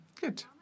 good